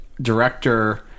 director